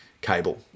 cable